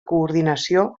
coordinació